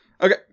Okay